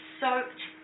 soaked